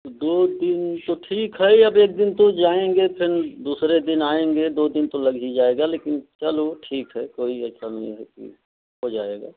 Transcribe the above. दो दिन तो ठीक है अब एक दिन जाएँगे फिर दूसरे दिन आएँगे दो दिन तो लग ही जाएगा लेकिन चलो ठीक है कोई ऐसा नहीं है कि हो जाएगा